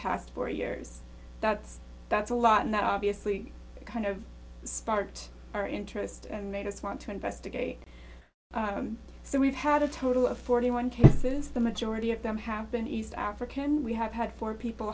past four years that's that's a lot and that obviously kind of sparked our interest and made us want to investigate so we've had a total of forty one cases the majority of them have been east african we have had four people